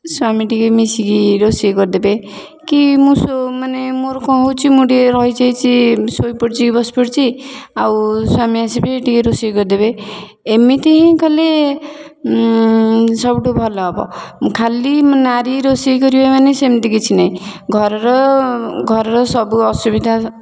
ସ୍ୱାମୀ ଟିକେ ମିଶିକି ରୋଷେଇ କରିଦେବେ କି ମୁଁ ସୋ ମାନେ ମୋର କଣ ହେଉଛି ମୁଁ ଟିକେ ରହିଯାଇଛି ଶୋଇପଡ଼ିଛି କି ବସିପଡ଼ିଛି ଆଉ ସ୍ୱାମୀ ଆସିକି ଟିକେ ଟିକେ ରୋଷେଇ କରିଦେବେ ଏମିତି ହିଁ କଲେ ସବୁଠୁ ଭଲ ହେବ ଖାଲି ନାରୀ ରୋଷେଇ କରିବେ ମାନେ ସେମିତି କିଛି ନାଇଁ ଘରର ଘରର ସବୁ ଅସୁବିଧା